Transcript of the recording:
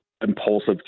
impulsive